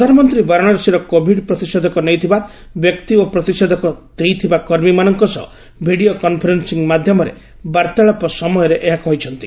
ପ୍ରଧାନମନ୍ତ୍ରୀ ବାରାଣସୀର କୋବିଡ୍ ପ୍ରତିଷେଧକ ନେଇଥିବା ବ୍ୟକ୍ତି ଓ ପ୍ରତିଷେଧକ ଦେଇଥିବା କର୍ମୀମାନଙ୍କ ସହ ଭିଡ଼ିଓ କନ୍ଫରେନ୍ସିଂ ମାଧ୍ୟମରେ ବାର୍ତ୍ତାଳାପ ସମୟରେ ଏହା କହିଛନ୍ତି